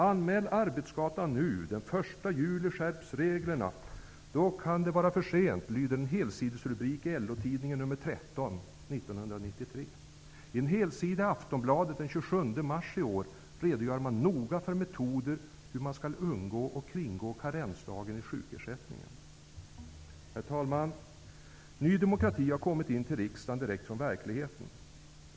En helsidesrubrik i LO-tidningen nr 13, 1993 lyder: ''Anmäl arbetsskadan nu! Den 1:a juli skärps reglerna -- då kan det vara försent''. I en helsida i Aftonbladet den 27 mars i år redogör man noga för metoder om hur man skall undgå och kringgå karensdagen i sjukersättningen. Herr talman! Ny demokrati har kommit in i riksdagen direkt från verkligheten.